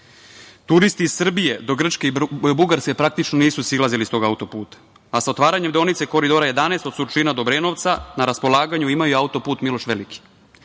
turisti iz Srbije do Grčke i Bugarske praktično nisu silazili sa tog auto-puta, a sa otvaranjem deonice Koridora 11 od Surčina do Obrenovca, na raspolaganju imaju auto-put „Miloš Veliki“,